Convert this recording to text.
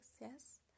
Yes